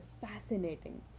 fascinating